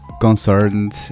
concerned